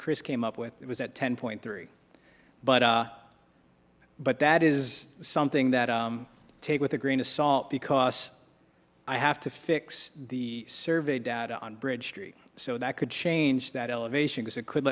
chris came up with it was at ten point three but i but that is something that i take with a grain of salt because i have to fix the survey data on bridge street so that could change that elevation as it could